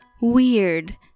weird